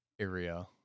area